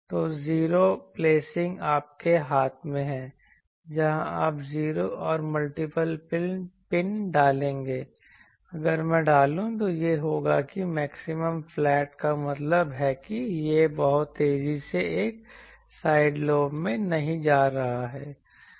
तो zero placing आपके हाथ में है जहाँ आप ज़ीरो और मल्टीपल पिन डालेंगे अगर मैं डालूँ तो यह होगा कि मैक्सिमम फ़्लैट का मतलब है कि यह बहुत तेज़ी से एक साइड लोब में नहीं जा रहा है